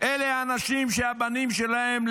אלה אנשים שהבנים שלהם,